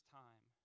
time